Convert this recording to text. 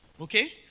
okay